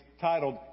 titled